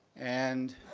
and